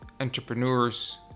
entrepreneurs